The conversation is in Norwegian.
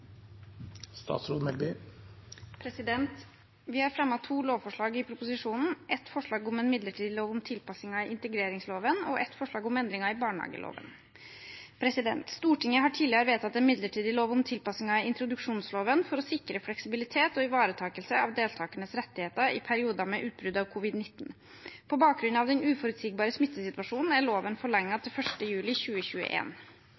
Vi har fremmet to lovforslag i proposisjonen, ett forslag om en midlertidig lov om tilpasninger i integreringsloven og ett forslag om endringer i barnehageloven. Stortinget har tidligere vedtatt en midlertidig lov om tilpasninger i introduksjonsloven, for å sikre fleksibilitet og ivaretakelse av deltakernes rettigheter i perioder med utbrudd av covid-19. På bakgrunn av den uforutsigbare smittesituasjonen er loven